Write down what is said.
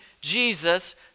Jesus